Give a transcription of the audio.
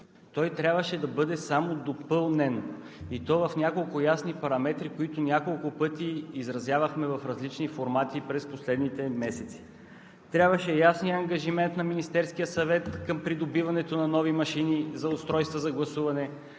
Той трябваше да бъде само допълнен, и то в няколко ясни параметри, които няколко пъти изразявахме в различни формати през последните месеци. Трябваше ясният ангажимент на Министерския съвет към придобиването на нови машини – устройства за гласуване;